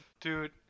Dude